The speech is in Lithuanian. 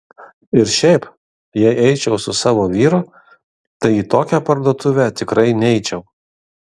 ir šiaip jei eičiau su savo vyru tai į tokią parduotuvę tikrai neičiau